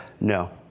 No